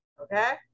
Okay